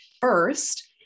first